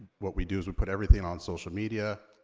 what we do is we put everything on social media,